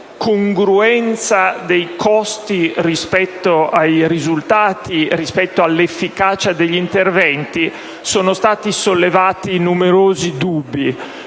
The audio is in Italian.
congruenza dei costi in termini di risultati e di efficacia degli interventi sono stati sollevati numerosi dubbi.